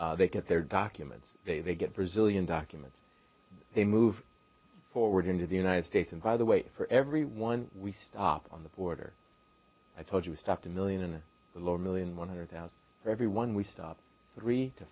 where they get their documents they they get brazilian documents they move forward into the united states and by the way for everyone we stop on the border i told you we stopped a million lower million one hundred thousand everyone we stopped three to